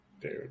Dude